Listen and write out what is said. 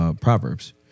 Proverbs